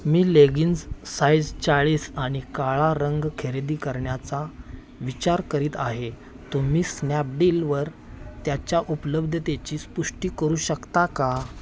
मी leggings size चाळीस आणि काळा रंग खरेदी करण्याचा विचार करीत आहे तुम्ही स्नॅपडीलवर त्याच्या उपलब्धतेची पुष्टी करू शकता का